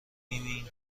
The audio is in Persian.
این